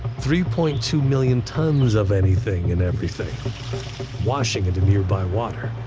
three point two million tons of anything and everything washing into nearby water.